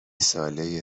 ساله